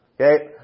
okay